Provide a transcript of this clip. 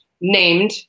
named